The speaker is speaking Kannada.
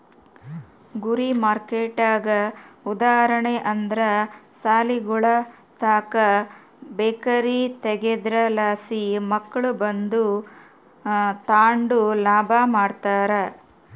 ಗುರಿ ಮಾರ್ಕೆಟ್ಗೆ ಉದಾಹರಣೆ ಅಂದ್ರ ಸಾಲಿಗುಳುತಾಕ ಬೇಕರಿ ತಗೇದ್ರಲಾಸಿ ಮಕ್ಳು ಬಂದು ತಾಂಡು ಲಾಭ ಮಾಡ್ತಾರ